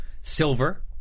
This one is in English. silver